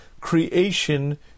creation